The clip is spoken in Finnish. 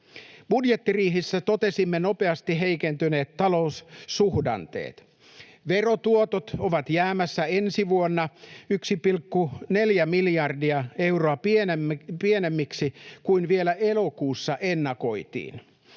Budjettiriihessä totesimme nopeasti heikentyneet taloussuhdanteet: Verotuotot ovat jäämässä ensi vuonna 1,4 miljardia euroa pienemmiksi kuin vielä elokuussa ennakoitiin.